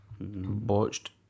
Botched